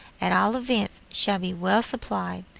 at all events, shall be well supplied.